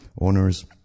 owners